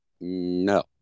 No